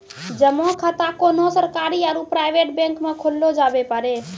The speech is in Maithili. जमा खाता कोन्हो सरकारी आरू प्राइवेट बैंक मे खोल्लो जावै पारै